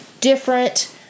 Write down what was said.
different